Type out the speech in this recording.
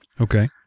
Okay